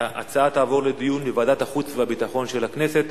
ההצעה תעבור לדיון בוועדת החוץ והביטחון של הכנסת.